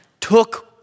took